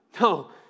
No